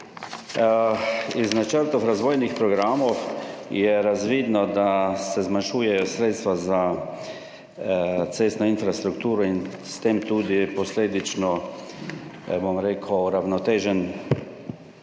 Iz Načrta razvojnih programov je razvidno, da se zmanjšujejo sredstva za cestno infrastrukturo in s tem tudi posledično uravnotežen